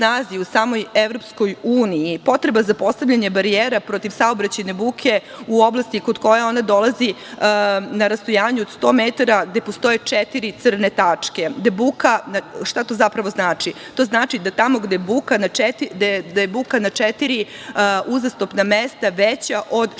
u samoj EU potreba za postavljanje barijera protiv saobraćajne buke u oblasti kod koje ona dolazi na rastojanje od 100 metar gde postoje četiri crne tačke. Šta to zapravo znači? To znači da je buka na četiri uzastopna mesta veća od 60 decibela.